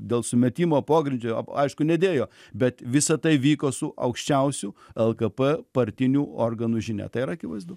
dėl sumetimo pogrindžio aišku nedėjo bet visa tai vyko su aukščiausiu lkp partinių organų žinia tai yra akivaizdu